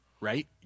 Right